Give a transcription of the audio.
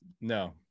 No